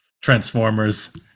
transformers